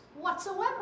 whatsoever